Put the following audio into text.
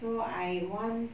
so I want